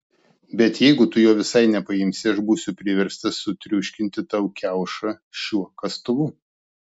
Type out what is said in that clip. bet jeigu tu jo visai nepaimsi aš būsiu priverstas sutriuškinti tau kiaušą šiuo kastuvu